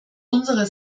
unserer